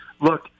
look